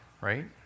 right